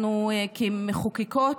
אנחנו, כמחוקקות